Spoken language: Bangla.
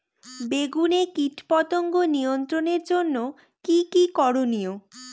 বেগুনে কীটপতঙ্গ নিয়ন্ত্রণের জন্য কি কী করনীয়?